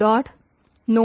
note